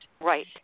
right